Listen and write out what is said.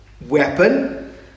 weapon